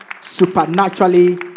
supernaturally